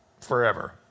forever